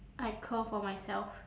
I curl for myself